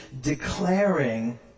declaring